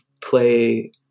play